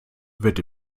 wird